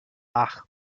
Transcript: ach